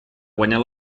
guanyar